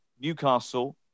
Newcastle